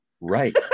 right